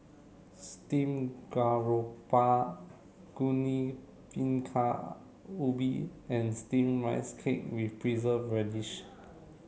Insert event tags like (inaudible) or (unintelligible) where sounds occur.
Steam Garoupa (unintelligible) Bingka Ubi and steamed rice cake with preserved radish